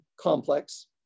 complex